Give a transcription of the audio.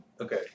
Okay